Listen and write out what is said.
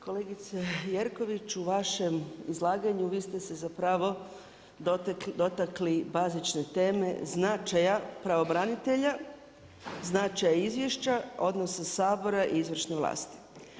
Kolegice Jerković u vašem izlaganju vi ste se zapravo dotakli bazične teme značaja upravo branitelja, značaja izvješća, odnosa Sabora i izvršne vlasti.